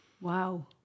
Wow